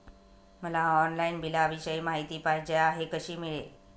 मला ऑनलाईन बिलाविषयी माहिती पाहिजे आहे, कशी मिळेल?